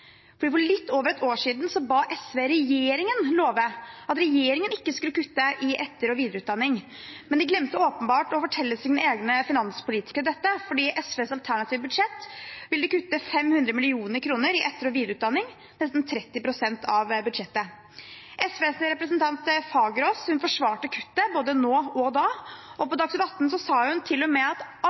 for litt over et år siden ba SV regjeringen love at regjeringen ikke skulle kutte i etter- og videreutdanning. Men de glemte åpenbart å fortelle sine egne finanspolitikere dette, for i SVs alternative budsjett vil de kutte 500 mill. kr i etter- og videreutdanning – nesten 30 pst. av budsjettet. SVs representant Fagerås forsvarte kuttet både nå og da, og på Dagsnytt atten sa hun til og med at